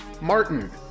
Martin